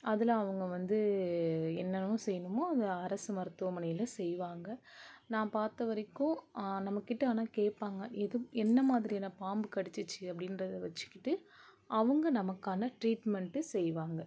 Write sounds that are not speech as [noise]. அதில் அவங்க வந்து என்ன [unintelligible] செய்யணுமோ அத அரசு மருத்துவமனையில செய்வாங்க நான் பாத்த வரைக்கும் நம்மக்கிட்ட ஆனால் கேட்பாங்க எது என்ன மாதிரியான பாம்பு கடிச்சிச்சு அப்படின்றத வச்சிக்கிட்டு அவங்க நமக்கான ட்ரீட்மெண்ட் செய்வாங்க